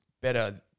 better